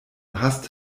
hast